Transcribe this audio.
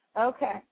Okay